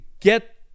get